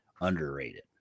underrated